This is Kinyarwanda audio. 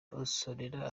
musonera